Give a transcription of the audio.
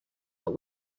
but